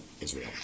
Israel